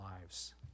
lives